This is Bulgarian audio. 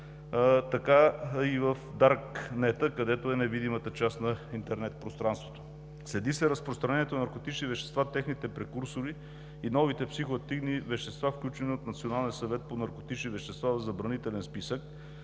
така и в даркнета, където е невидимата част на интернет пространството. Следи се разпространението на наркотични вещества, техните прекурсори и новите психоактивни вещества, включени в Националния